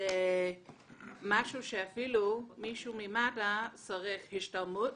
זה משהו שאפילו מישהו ממד"א צריך השתלמות